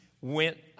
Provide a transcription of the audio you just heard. went